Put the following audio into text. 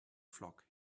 flock